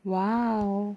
!wow!